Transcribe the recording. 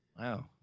Wow